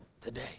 Today